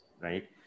right